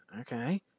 okay